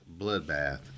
bloodbath